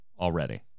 already